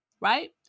right